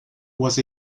was